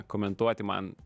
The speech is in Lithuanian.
komentuoti man